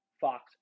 Fox